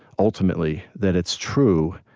ultimately, that it's true,